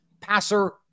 passer